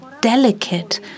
delicate